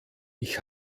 ich